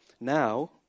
Now